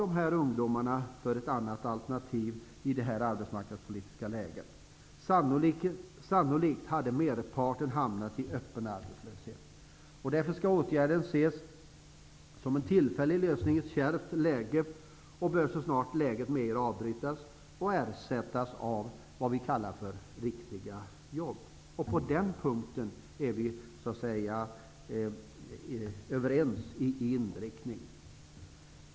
Vad hade ungdomarna haft för alternativ i detta arbetsmarknadspolitiska läge? Sannolikt hade merparten hamnat i öppen arbetslöshet. Därför måste åtgärden ses som en tillfällig lösning i ett kärvt arbetsmarknadsläge och bör så snart läget medger det ersättas av vad vi kallar för riktiga jobb. På den punkten är vi överens.